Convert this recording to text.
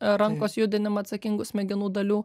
rankos judinimą atsakingų smegenų dalių